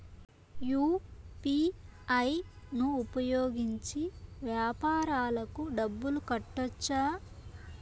UPI ను ఉపయోగించి వ్యాపారాలకు డబ్బులు కట్టొచ్చా?